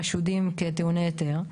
חשודים כטעוני היתר.